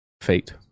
fate